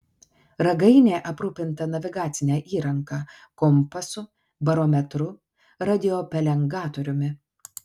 ragainė aprūpinta navigacine įranga kompasu barometru radiopelengatoriumi